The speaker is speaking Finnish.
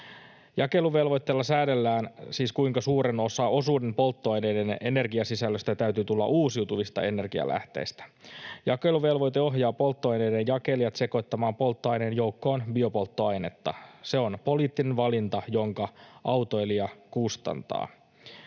Jakeluvelvoitteella säädellään siis, kuinka suuren osuuden polttoaineiden energiasisällöstä täytyy tulla uusiutuvista energialähteistä. Jakeluvelvoite ohjaa polttoaineiden jakelijat sekoittamaan polttoaineen joukkoon biopolttoainetta. Se on poliittinen valinta, jonka autoilija kustantaa.